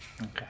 Okay